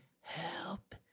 Help